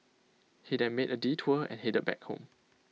he then made A detour and headed back home